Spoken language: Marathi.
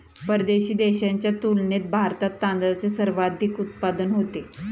परदेशी देशांच्या तुलनेत भारतात तांदळाचे सर्वाधिक उत्पादन होते